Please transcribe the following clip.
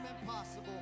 impossible